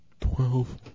Twelve